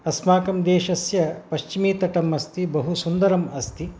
अस्माकं देशस्य पश्चिमे तटम् अस्ति बहुसुन्दरम् अस्ति